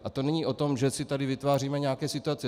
A to není o tom, že si tady vytváříme nějaké situace.